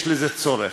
יש בזה צורך,